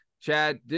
Chad